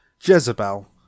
Jezebel